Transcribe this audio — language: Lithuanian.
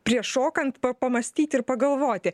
prieš šokant pa pamąstyti ir pagalvoti